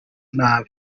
nabi